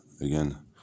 again